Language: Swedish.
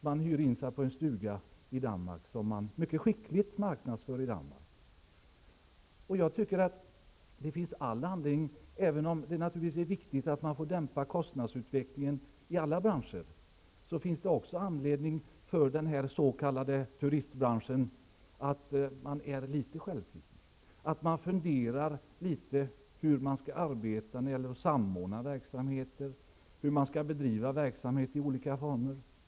De hyr stugor i Danmark, som marknadsförs mycket skickligt. Det är naturligtvis viktigt att kostnadsutvecklingen i alla branscher dämpas. Men det finns också anledning för den s.k. turistbranschen att vara litet självkritisk och fundera över hur man skall arbeta när det gäller att samordna verksamheter och hur verksamhet i olika former skall bedrivas.